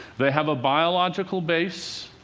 they have a biological base,